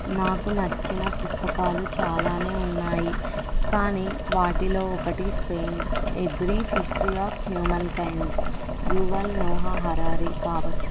నాకు నచ్చిన పుస్తకాలు చాలానే ఉన్నాయి కానీ వాటిలో ఒకటి Sapiens a brief history of humankind Yuval Noah Harari కావచ్చు